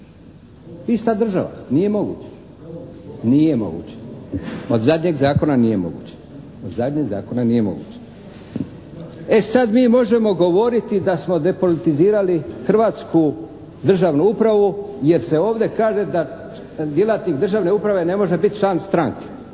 Ista država. Nije moguće. Od zadnjeg zakona nije moguće. E sad mi možemo govoriti da smo depolitizirali hrvatsku državnu upravu jer se ovdje kaže da djelatnik državne uprave ne može biti član stranke.